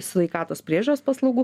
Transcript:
sveikatos priežiūros paslaugų